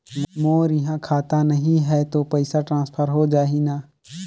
मोर इहां खाता नहीं है तो पइसा ट्रांसफर हो जाही न?